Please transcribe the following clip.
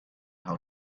how